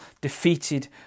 defeated